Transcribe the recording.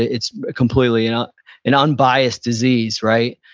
it's completely you know an unbiased disease, right?